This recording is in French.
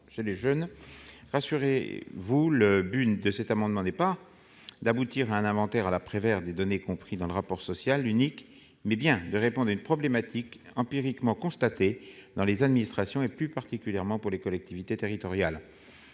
Rassurez-vous, l'objet de cet amendement est non pas d'aboutir à un inventaire à la Prévert des données comprises dans le rapport social unique, mais bien de répondre à une problématique empiriquement constatée dans les administrations, et plus particulièrement au sein des collectivités territoriales.